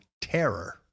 terror